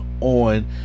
on